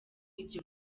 ibyo